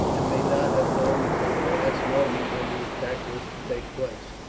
and may not have known until the last moment when the attack was to take place.